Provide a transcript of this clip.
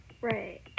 right